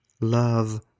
love